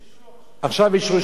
עכשיו אישרו שתי קומות.